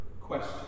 question